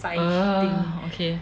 ugh okay